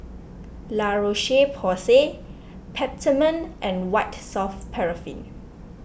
La Roche Porsay Peptamen and White Soft Paraffin